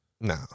No